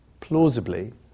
plausibly